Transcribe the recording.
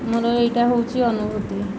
ମୋର ଏଇଟା ହେଉଛି ଅନୁଭୂତି